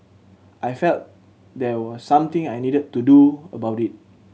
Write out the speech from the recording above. I felt there was something I needed to do about it